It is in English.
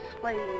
slave